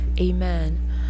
amen